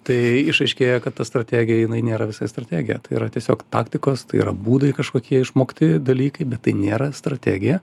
tai išaiškėja kad ta strategija jinai nėra visai strategija tai yra tiesiog taktikos tai yra būdai kažkokie išmokti dalykai bet tai nėra strategija